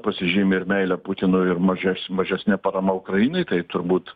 pasižymi ir meile putinui ir mažes mažesne paramą ukrainai tai turbūt